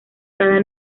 cada